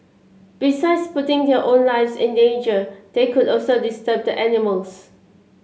besides putting their own lives in danger they could also disturb the animals